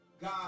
God